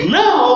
now